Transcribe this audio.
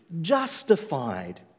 justified